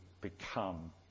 become